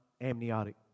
amniotic